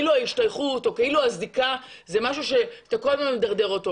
ההשתייכות או כאילו הזיקה זה משהו שאתה כל הזמן מדרדר אותו,